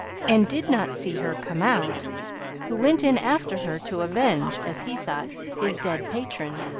and did not see her come out who went in after her to avenge, as he thought, his dead patron.